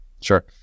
Sure